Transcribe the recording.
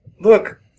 look